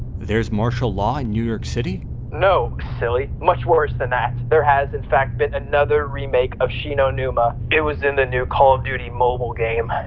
there's martial law in new york city? derek no, silly. much worse than that. there has, in fact, been another remake of shi no numa. it was in the new call of duty mobile game.